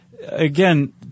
Again